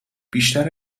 بیشتر